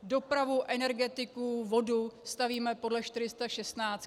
Dopravu, energetiku, vodu stavíme podle 416.